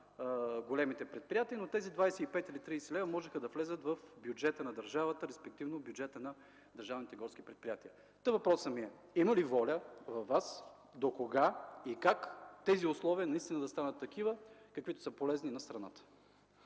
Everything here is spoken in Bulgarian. големите предприятия. Тези 25 или 30 лв. можеха обаче да влязат в бюджета на държавата, респективно в бюджета на държавните горски предприятия. Въпросът ми е: има ли воля във Вас, докога и как тези условия наистина да станат такива, каквито са полезни на страната?